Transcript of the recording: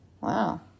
Wow